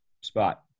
spot